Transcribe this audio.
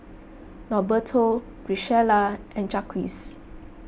Norberto Graciela and Jacques